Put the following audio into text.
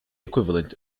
equivalent